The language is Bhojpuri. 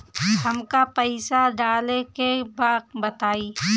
हमका पइसा डाले के बा बताई